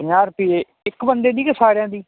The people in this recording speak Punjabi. ਪੰਜਾਹ ਰੁਪਈਏ ਇੱਕ ਬੰਦੇ ਦੀ ਕੇ ਸਾਰਿਆਂ ਦੀ